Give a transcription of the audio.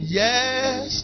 yes